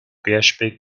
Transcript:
php